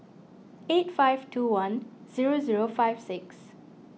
eight five two one zero zero five six